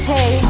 Hey